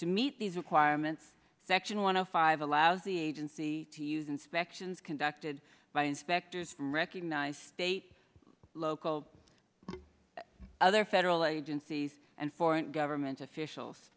to meet these requirements section one of five allows the agency to use inspections conducted by inspectors from recognized state local other federal agencies and foreign government officials